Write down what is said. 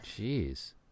Jeez